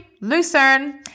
lucerne